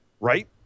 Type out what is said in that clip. right